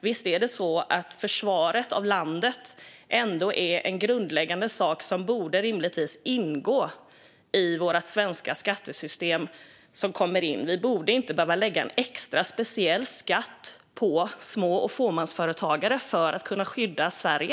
Men är inte försvaret av landet något grundläggande som borde bekostas av vårt nuvarande skattesystem? Vi borde inte behöva lägga en extra skatt på små och fåmansföretagare för att kunna skydda Sverige.